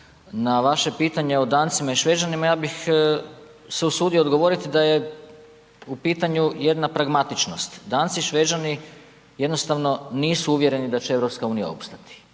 Na vaše pitanje o Dancima i Šveđanima ja bih se usudio odgovoriti da je u pitanju jedna pragmatičnost. Danci i Šveđani, jednostavno nisu uvjereni da će EU opstati.